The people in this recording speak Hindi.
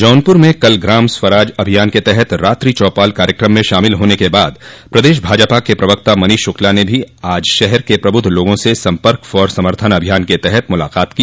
जौनपुर में कल ग्राम स्वराज अभियान के तहत रात्रि चौपाल कार्यक्रम में शामिल होने के बाद प्रदेश भाजपा के प्रवक्ता मनीष शुक्ला ने भी आज शहर के प्रबुद्ध लोगों से सम्पर्क फॅार समर्थन अभियान के तहत मुलाकात की